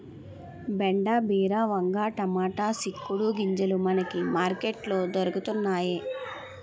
బెండ బీర వంగ టమాటా సిక్కుడు గింజలు మనకి మార్కెట్ లో దొరకతన్నేయి